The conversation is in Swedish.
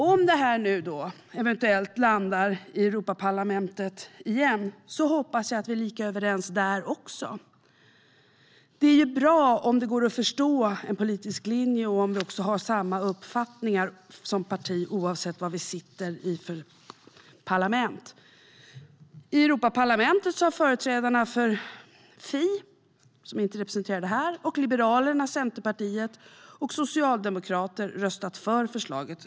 Om förslaget eventuellt landar i Europaparlamentet igen hoppas jag att vi är lika överens där också. Det är bra om det går att förstå en politisk linje om partierna har samma uppfattningar oavsett vilket parlament de är representerade i. I Europaparlamentet har företrädarna för FI, som inte är representerade här, och Liberalerna, Centerpartiet och Socialdemokraterna röstat för förslaget.